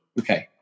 Okay